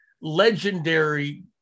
legendary